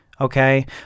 okay